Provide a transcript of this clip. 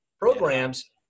programs